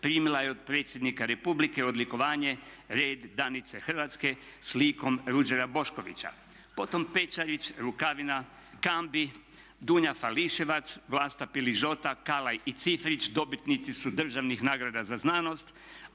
primila je od predsjednika Republike odlikovanje Red danice Hrvatske s likom Ruđera Boškovića. Potom Pečarić, Rukavina, Cambi, Dunja Fališevac, Vlasta Piližota, Kallay i Cifrić dobitnici su državnih nagrada za znanost.